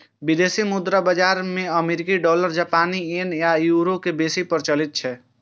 विदेशी मुद्रा बाजार मे अमेरिकी डॉलर, जापानी येन आ यूरो बेसी प्रचलित छै